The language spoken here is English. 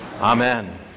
Amen